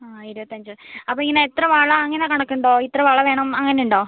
ആ ഇരുപത്തഞ്ചോ അപ്പോൾ ഇങ്ങനെ എത്ര വള അങ്ങനെ കണക്കുണ്ടോ ഇത്ര വള വേണം അങ്ങനെ ഉണ്ടോ